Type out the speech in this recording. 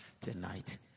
tonight